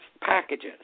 Packages